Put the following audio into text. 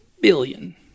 billion